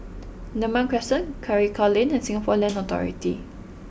Neram Crescent Karikal Lane and Singapore Land Authority